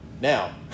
now